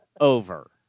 over